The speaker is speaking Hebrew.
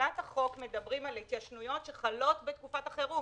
בתחילת החוק אנחנו מדברים על התיישנויות שחלות בתקופת החירום,